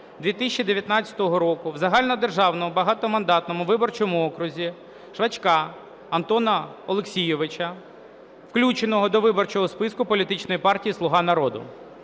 2019 року в загальнодержавному багатомандатному виборчому окрузі Швачка Антона Олексійовича, включеного до виборчого списку політичної партії "Слуга народу".